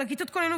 על כיתות הכוננות,